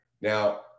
Now